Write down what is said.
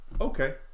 okay